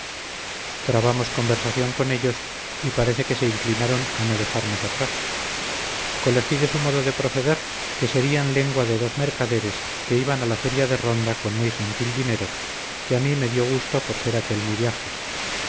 trabamos conversación con ellos y parece que se inclinaron a no dejarnos atrás colegí de su modo de proceder que serian lengua de dos mercaderes que iban a la feria de ronda con muy gentil dinero que a mi me dio gusto por ser aquel mi viaje